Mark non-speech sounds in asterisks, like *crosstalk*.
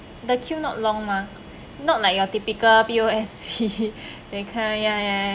the queue not long mah not like your typical P_O_S_B *laughs* that kind ya ya ya